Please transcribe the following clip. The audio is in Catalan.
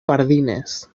pardines